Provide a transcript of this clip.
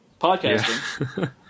podcasting